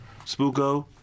Spooko